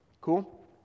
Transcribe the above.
Cool